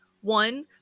One